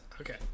Okay